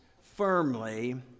firmly